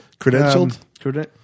Credentialed